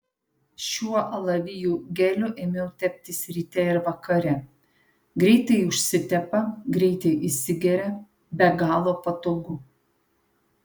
šiuo alavijų geliu ėmiau teptis ryte ir vakare greitai užsitepa greitai įsigeria be galo patogu